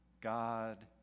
God